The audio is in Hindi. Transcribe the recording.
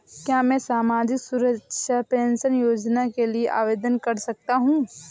क्या मैं सामाजिक सुरक्षा पेंशन योजना के लिए आवेदन कर सकता हूँ?